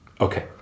Okay